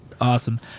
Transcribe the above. Awesome